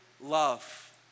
love